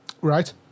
Right